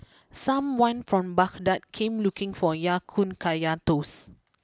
someone from Baghdad came looking for Ya Kun Kaya Toast